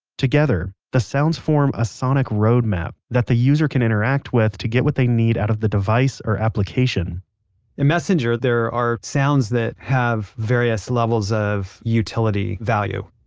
together the sounds form a sonic roadmap that the user can interact with to get what they need out of the device or application in messenger there are sounds that have various levels of utility value.